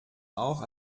auch